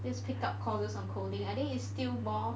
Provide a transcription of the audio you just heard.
and just pick up courses on coding I think it's still more